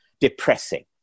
depressing